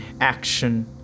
action